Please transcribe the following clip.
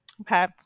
okay